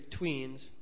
tweens